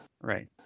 Right